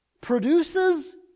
produces